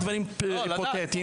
לא, לדעת.